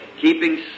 keeping